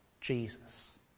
Jesus